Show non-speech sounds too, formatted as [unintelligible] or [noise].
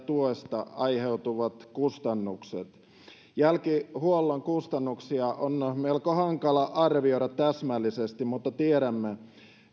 [unintelligible] tuesta aiheutuvat kustannukset jälkihuollon kustannuksia on melko hankala arvioida täsmällisesti mutta tiedämme